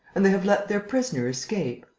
and they have let their prisoner escape?